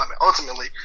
ultimately